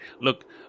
look